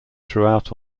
throughout